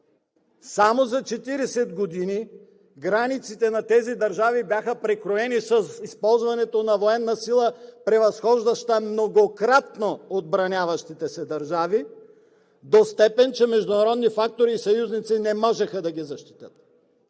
Само за 40 години границите на тези държави бяха прекроени с използването на военна сила, превъзхождаща многократно отбраняващите се държави до степен, че международни фактори и съюзници не можеха да ги защитят.